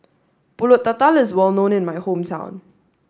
Pulut Tatal is well known in my hometown